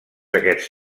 aquests